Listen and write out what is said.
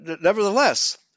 nevertheless